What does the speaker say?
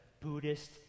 Buddhist